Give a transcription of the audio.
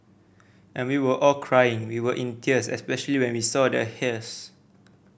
and we were all crying we were in tears especially when we saw the hearse